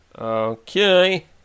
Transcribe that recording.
Okay